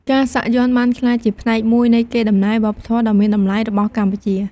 ការសាក់យ័ន្តបានក្លាយជាផ្នែកមួយនៃកេរដំណែលវប្បធម៌ដ៏មានតម្លៃរបស់កម្ពុជា។